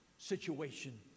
situation